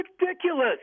Ridiculous